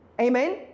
amen